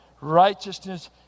righteousness